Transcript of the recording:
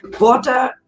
Water